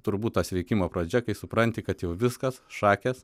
turbūt ta sveikimo pradžia kai supranti kad jau viskas šakės